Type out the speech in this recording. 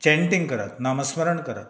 chatting करात नामस्मरण करात